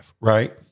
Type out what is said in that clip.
right